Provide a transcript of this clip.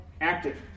Active